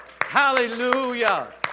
Hallelujah